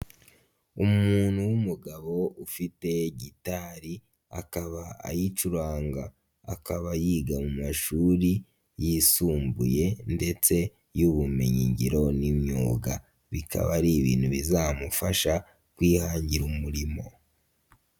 Umuntu w'umugabo ufite gitari akaba ayicuranga, akaba yiga mu mashuri yisumbuye ndetse y'ubumenyingiro n'imyuga, bikaba ari ibintu bizamufasha kwihangira umurimo.